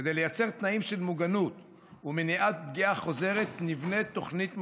כדי לייצר תנאים של מוגנות ומניעת פגיעה חוזרת נבנית תוכנית מוגנות,